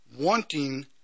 wanting